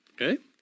Okay